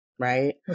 Right